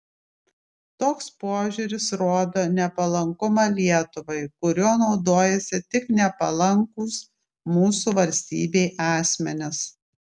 toks požiūris rodo nepalankumą lietuvai kuriuo naudojasi tik nepalankūs mūsų valstybei asmenys